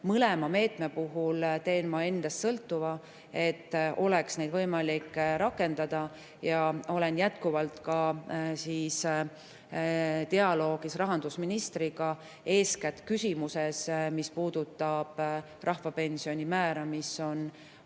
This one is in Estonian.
Mõlema meetme puhul teen ma endast sõltuva, et oleks neid võimalik rakendada, ja olen jätkuvalt ka dialoogis rahandusministriga, eeskätt küsimuses, mis puudutab rahvapensioni määra, mis on selgelt